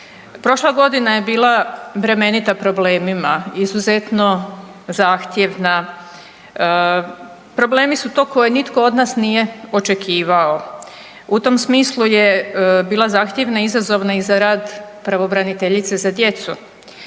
Prošla godina je bila bremenita problemima, izuzetno zahtjevna. Problemi su to koje nitko od nas nije očekivao. U tom smislu je bila zahtjevna i izazovna i za rad pravobraniteljice za djecu.